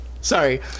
Sorry